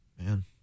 Man